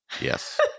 Yes